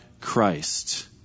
Christ